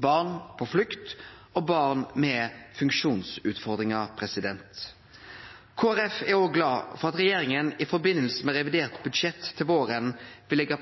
barn på flukt og barn med funksjonsutfordringar. Kristeleg Folkeparti er òg glade for at regjeringa i samband med revidert budsjett til våren vil leggje